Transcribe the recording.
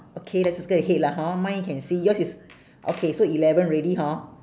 okay let's circle the head lah hor mine can see yours is okay so eleven already hor